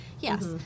Yes